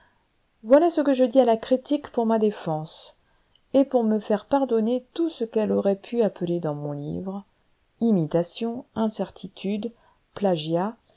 voilà ce que je dis à la critique pour ma défense et pour me faire pardonner tout ce qu'elle aurait pu appeler dans mon livre imitation incertitude plagiat